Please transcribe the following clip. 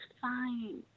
fine